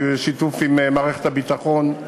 בשיתוף עם מערכת הביטחון,